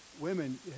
women